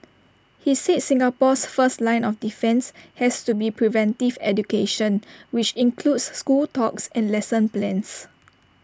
he said Singapore's first line of defence has to be preventive education which includes school talks and lesson plans